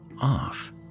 off